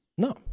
No